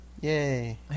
Yay